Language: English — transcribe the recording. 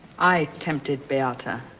i tempted beata.